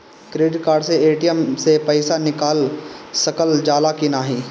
Credit card से ATM से पइसा निकाल सकल जाला की नाहीं?